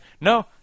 No